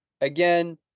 Again